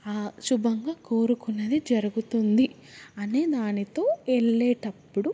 శుభంగా కోరుకున్నది జరుగుతుంది అనే దానితో వేళ్ళేటప్పుడు